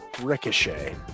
Ricochet